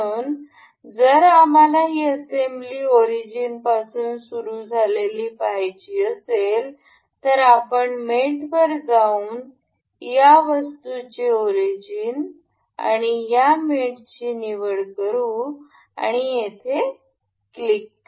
म्हणून जर आम्हाला ही असेंब्ली ओरिजिन पासून सुरू झालेली पाहायची असेल तर आपण मेट वर जाऊन या वस्तूचे ओरिजिन आणि या मेटची निवड करू आणि येथे क्लिक करू